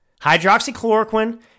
hydroxychloroquine